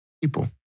People